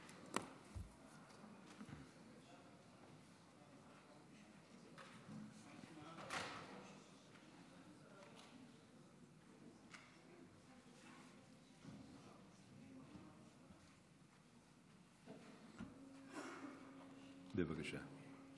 בבקשה.